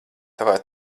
tavā